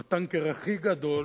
עם הטנקר הכי גדול,